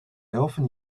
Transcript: often